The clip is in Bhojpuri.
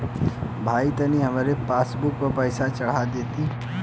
भईया तनि हमरे पासबुक पर पैसा चढ़ा देती